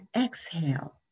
exhale